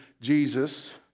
Jesus